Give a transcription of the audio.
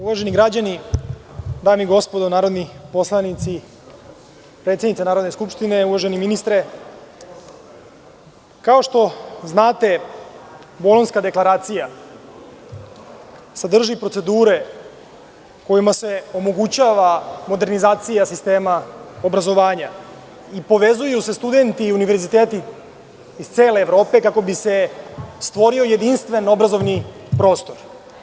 Uvaženi građani, dame i gospodo narodni poslanici, predsednice Narodne skupštine, uvaženi ministre, kao što znate, Bolonjska deklaracija sadrži procedure kojima se omogućava modernizacija sistema obrazovanja i povezuju se studenti i univerziteti iz cele Evrope kako bi se stvorio jedinstven obrazovni prostor.